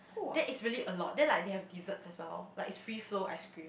that is really a lot then like they have dessert as well like is free flow ice cream